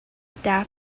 death